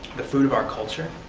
the fruit of our culture,